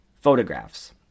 photographs